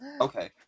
Okay